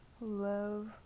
love